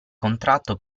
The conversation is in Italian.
contratto